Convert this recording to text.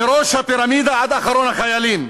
מראש הפירמידה ועד אחרון החיילים: